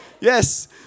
Yes